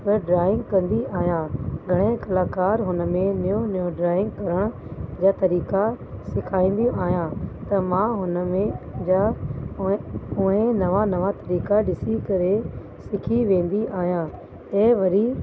त ड्रॉइंग कंदी आहियां घणेई कलाकार हुन में न्यू न्यू ड्रॉइंग करण जा तरीक़ा सेखारींदी आहियां त मां हुन में जो उहे उहे नवां नवां तरीक़ा ॾिसी करे सिखी वेंदी आहियां त वरी